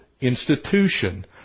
institution